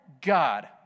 God